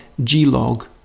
glog